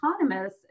economists